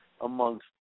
amongst